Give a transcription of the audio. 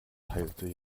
teilte